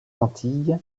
antilles